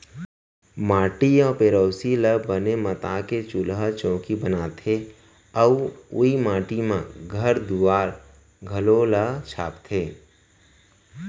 माटी अउ पेरोसी ल बने मता के चूल्हा चैकी बनाथे अउ ओइ माटी म घर दुआर घलौ छाबथें